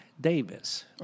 Davis